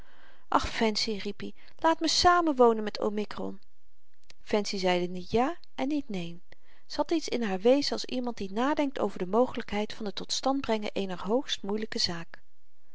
riep hy laat me samenwonen met omikron fancy zeide niet ja en niet neen ze had iets in haar wezen als iemand die nadenkt over de mogelykheid van het tot stand brengen eener hoogstmoeilyke zaak